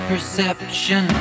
perception